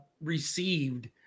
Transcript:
received